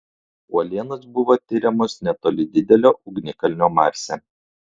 uolienos buvo tiriamos netoli didelio ugnikalnio marse